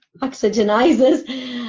oxygenizes